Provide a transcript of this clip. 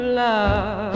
love